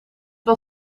wel